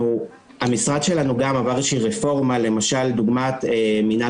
המשרד שלנו גם עבר איזו שהיא רפורמה למשל דוגמת מינהל